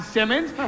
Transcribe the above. Simmons